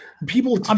People